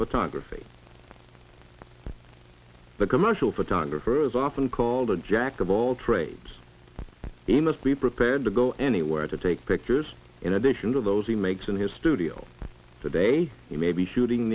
photography the commercial photographer is often called a jack of all trades he must be prepared to go anywhere to take pictures in addition to those he makes in his studio today he may be shooting